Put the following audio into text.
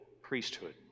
priesthood